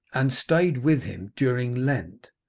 and stayed with him during lent,